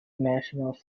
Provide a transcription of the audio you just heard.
nations